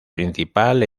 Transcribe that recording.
principal